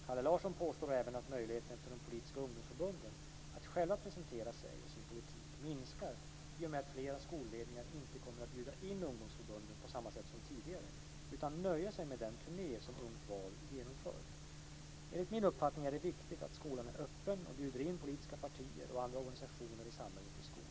Kalle Larsson påstår även att möjligheten för de politiska ungdomsförbunden att själva presentera sig och sin politik minskar i och med att flera skolledningar inte kommer att bjuda in ungdomsförbunden på samma sätt som tidigare utan nöja sig med den turné som Ungt val genomför. Enligt min uppfattning är det viktigt att skolan är öppen och bjuder in politiska partier och andra organisationer i samhället till skolan.